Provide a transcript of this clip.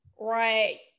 right